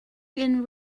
and